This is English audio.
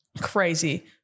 Crazy